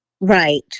Right